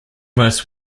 most